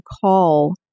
call